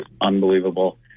unbelievable